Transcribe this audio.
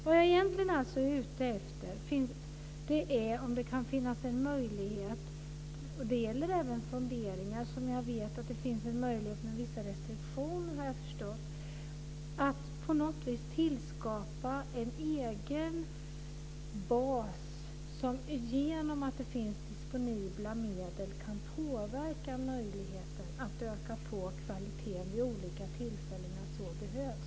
Vad jag egentligen är ute efter är alltså huruvida det kan finnas en möjlighet - det gäller även funderingar om att det, som jag har förstått, finns en möjlighet med vissa restriktioner - att på något vis tillskapa en egen bas som genom att det finns disponibla medel kan påverka möjligheten att förbättra kvaliteten vid olika tillfällen när så behövs.